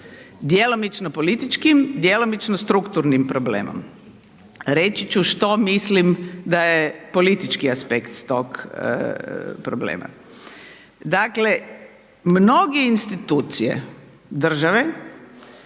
djelomično političkim, djelomično strukturnim problemom. Reći ću što mislim da je politički aspekt tog problema. Dakle, mnoge institucije države,